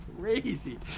Crazy